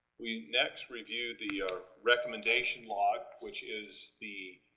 we next review the recommendation log, which is the